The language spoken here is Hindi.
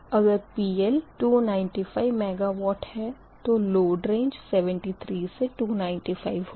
अगर PL295 MW है तो लोड रेंज 73 से 295 होगी